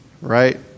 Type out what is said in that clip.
right